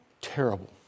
terrible